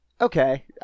Okay